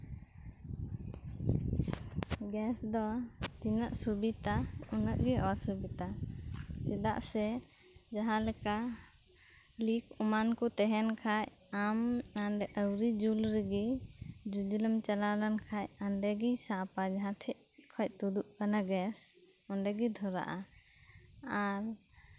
gas ᱫᱚ ᱛᱤᱱᱟᱹᱜ ᱥᱩᱵᱤᱫᱷᱟ ᱩᱱᱟᱹᱜ ᱜᱮ ᱚᱥᱩᱵᱤᱫᱷᱟ ᱪᱮᱫᱟᱜ ᱥᱮ ᱡᱟᱸᱦᱟ ᱞᱮᱠᱟ ᱞᱤᱠ ᱮᱢᱟᱱ ᱠᱚ ᱛᱟᱸᱦᱮᱱ ᱠᱷᱟᱱ ᱟᱢ ᱟᱹᱣᱨᱤ ᱡᱩᱞ ᱨᱮᱜᱮ ᱡᱩᱡᱩᱞ ᱮᱢ ᱪᱟᱞᱟᱣ ᱞᱮᱱᱠᱷᱟᱱ ᱚᱸᱰᱮᱜᱮ ᱥᱟᱵᱟᱭ ᱡᱟᱸᱦᱟ ᱴᱷᱮᱱ ᱠᱷᱚᱱ ᱛᱩᱫᱩᱜ ᱠᱟᱱᱟ ᱜᱮᱥ ᱚᱱᱰᱮ ᱜᱮ ᱫᱷᱚᱨᱟᱜᱼᱟ ᱟᱨ